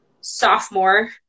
sophomore